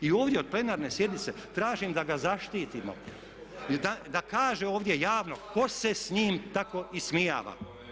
I ovdje od plenarne sjednice tražim da ga zaštitimo, da kaže ovdje javno tko se s njim tako ismijava.